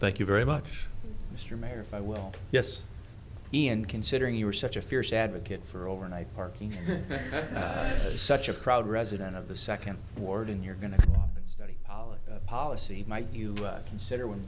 thank you very much mr mayor if i well yes in considering you were such a fierce advocate for overnight parking such a proud resident of the second ward in you're going to study policy might you consider when